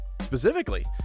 specifically